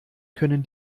können